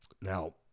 Now